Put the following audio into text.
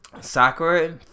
Sakura